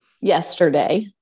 yesterday